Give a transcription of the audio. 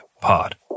pod